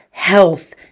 health